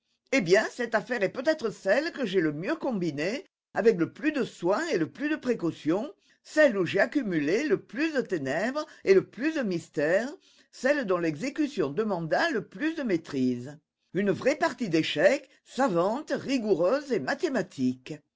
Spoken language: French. eh bien cette affaire est peut-être celle que j'ai le mieux combinée avec le plus de soins et le plus de précautions celle où j'ai accumulé le plus de ténèbres et le plus de mystères celle dont l'exécution demanda le plus de maîtrise une vraie partie d'échecs savante rigoureuse et mathématique